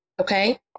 Okay